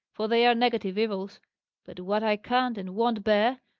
for they are negative evils but what i can't and won't bear,